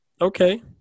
okay